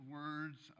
words